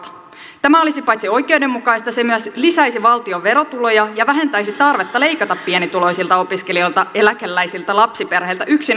paitsi että tämä olisi oikeudenmukaista se myös lisäisi valtion verotuloja ja vähentäisi tarvetta leikata pienituloisilta opiskelijoilta eläkeläisiltä lapsiperheiltä yksin asuvilta ihmisiltä